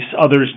others